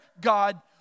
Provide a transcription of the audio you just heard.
God